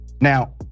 Now